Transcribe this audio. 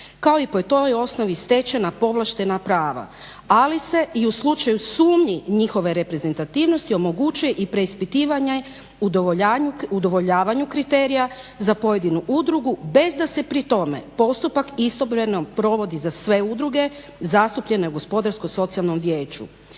kao i po toj osnovi stečena, povlaštena prava. Ali se i u slučaju sumnji njihove reprezentativnosti omogućuje i preispitivanje udovoljavanju kriterija za pojedinu udrugu bez da se pri tome postupak istovremeno provodi za sve udruge zastupljene u Gospodarsko-socijalnom vijeću.